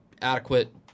Adequate